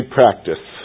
practice